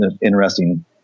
interesting